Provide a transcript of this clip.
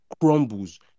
crumbles